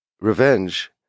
revenge